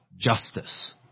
justice